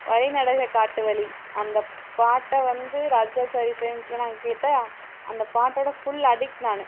வழிநெடுக காட்டு வழி அந்த பாட்ட வந்து ராஜா சார் இசை அமைப்பில் நான் கேட்டே அந்த பாட்டோடய ஃபுல் அடிக்ட் நான்